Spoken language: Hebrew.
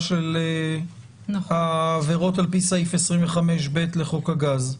של העבירות על פי סעיף 25(ב) לחוק הגז.